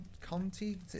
Conti